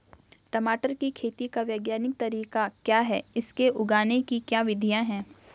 टमाटर की खेती का वैज्ञानिक तरीका क्या है इसे उगाने की क्या विधियाँ हैं?